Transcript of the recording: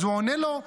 אז הוא עונה לו,